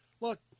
look